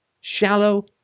shallow